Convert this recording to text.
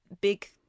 big